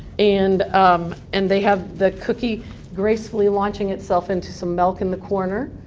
and um and they have the cookie gracefully launching itself into some milk in the corner.